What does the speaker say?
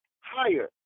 higher